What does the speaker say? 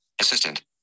assistant